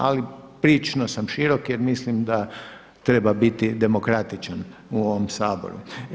Ali prilično sam širok jer mislim da treba biti demokratičan u ovom Saboru.